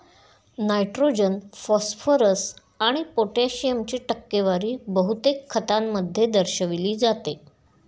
nitrogen, phosphorus आणि पोटॅशियमची टक्केवारी बहुतेक खतांमध्ये दर्शविली जाते